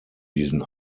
diesen